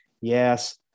Yes